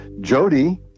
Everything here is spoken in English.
Jody